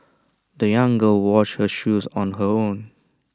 the young girl washed her shoes on her own